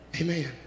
Amen